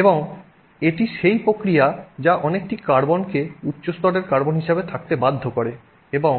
এবং এটি সেই প্রক্রিয়া যা অনেকটি কার্বনকে উচ্চ স্তরের কার্বন হিসাবে থাকতে বাধ্য করে এবং